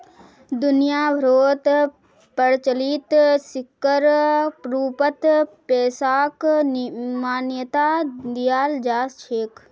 दुनिया भरोत प्रचलित सिक्कर रूपत पैसाक मान्यता दयाल जा छेक